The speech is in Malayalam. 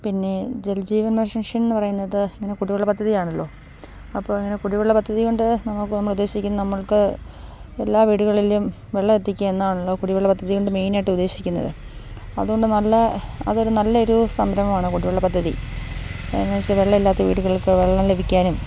പിന്നെ ജൽ ജീവൻ മിഷനെന്നു പറയുന്നത് ഇങ്ങനെ കുടിവെള്ള പദ്ധതിയാണല്ലോ അപ്പോൾ ഇങ്ങനെ കുടിവെള്ള പദ്ധതി കൊണ്ട് നമുക്ക് നമ്മൾ ഉദ്ദേശിക്കുന്ന നമ്മൾക്ക് എല്ലാ വീടുകളിലും വെള്ളം എത്തിക്കുക എന്നാണല്ലോ കുടിവെള്ള പദ്ധതി കൊണ്ട് മെയിനായിട്ട് ഉദ്ദേശിക്കുന്നത് അതു കൊണ്ട് നല്ല അതൊരു നല്ലൊരു സംരംഭമാണ് കുടിവെള്ള പദ്ധതി എന്നു വെച്ചാൽ വെള്ളം ഇല്ലാത്ത വീടുകൾക്ക് വെള്ളം ലഭിക്കാനും